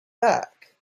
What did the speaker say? back